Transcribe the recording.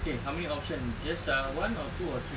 okay how many options just ah one or two or three